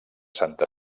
santa